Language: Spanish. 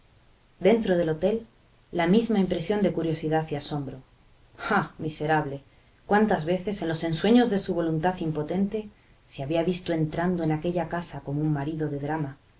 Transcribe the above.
dentro del hotel la misma impresión de curiosidad y asombro ah miserable cuántas veces en los ensueños de su voluntad impotente se había visto entrando en aquella casa como un marido de drama